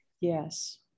Yes